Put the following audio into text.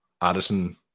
Addison